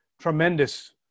tremendous